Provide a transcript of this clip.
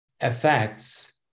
affects